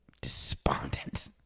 despondent